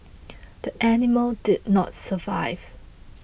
the animal did not survive